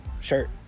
shirt